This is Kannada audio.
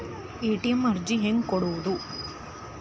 ಎ.ಟಿ.ಎಂ ಅರ್ಜಿ ಹೆಂಗೆ ಕೊಡುವುದು?